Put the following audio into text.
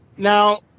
Now